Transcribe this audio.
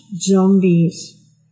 zombies